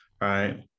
Right